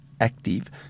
Active